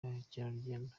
mukerarugendo